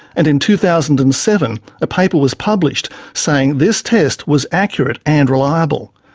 and in two thousand and seven a paper was published saying this test was accurate and reliable.